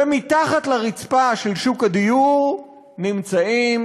ומתחת לרצפה של שוק הדיור נמצאים,